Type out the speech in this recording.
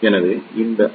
எனவே இது ஐ